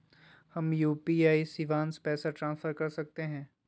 हम यू.पी.आई शिवांश पैसा ट्रांसफर कर सकते हैं?